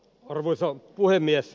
arvoisa puhemies